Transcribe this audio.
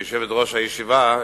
כיושבת-ראש הישיבה,